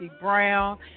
Brown